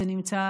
זה נמצא